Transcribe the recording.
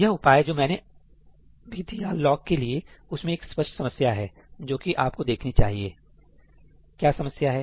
यह उपाय जो मैंने भी दिया लॉक के लिए उसमें एक स्पष्ट समस्या है जो कि आपको देखनी चाहिए सही है क्या समस्या है